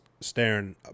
staring